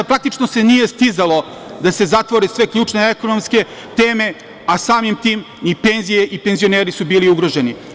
Praktično se nije stizalo da se zatvore sve ključne ekonomske teme, a samim tim, i penzije i penzioneri su bili ugroženi.